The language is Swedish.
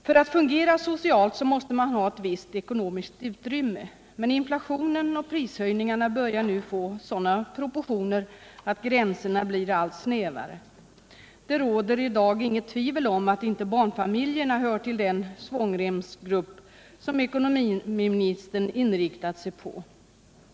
För att fungera socialt måste man ha ett visst ekonomiskt utrymme, men inflationen och prishöjningarna börjar nu få sådana proportioner att gränserna blir allt snävare. Det råder i dag inget tvivel om att inte barnfamiljerna hör till den svångremsgrupp som ekonomiministern inriktat sig på.